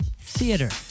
theater